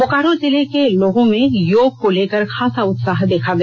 बोकारो जिले के लोगों में योग को लेकर खासा उत्साह देखा गया